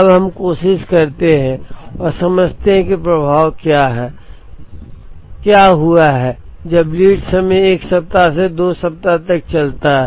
अब हम कोशिश करते हैं और समझते हैं कि प्रभाव क्या है या क्या हुआ है जब लीड समय 1 सप्ताह से 2 सप्ताह तक चलता है